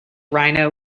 rhino